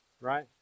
right